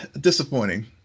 disappointing